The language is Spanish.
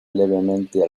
levemente